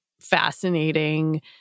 fascinating